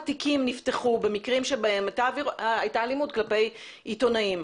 תיקים נפתחו במקרים שבהם הייתה אלימות כלפי עיתונאים.